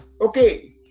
Okay